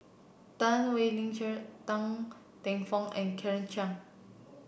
Chan Wei Ling Cheryl Teng Fong and Claire Chiang